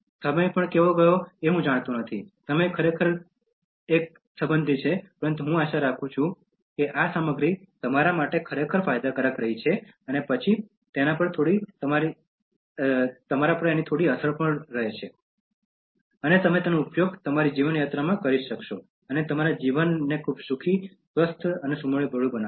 સમય કેવી રીતે ગયો તે હું જાણતો ન હતો સમય ખરેખર એક સબંધી છે પરંતુ પછી હું આશા રાખું છું કે આ સામગ્રી તમારા માટે ખરેખર ફાયદાકારક રહી છે અને પછી તમારા પર થોડી અસર પડી અને તમે તેનો ઉપયોગ તમારી જીવન યાત્રામાં કરી શકશો અને તમારું જીવન ખૂબ જ સુખી સ્વસ્થ અને સુમેળભર્યું જીવન બનશે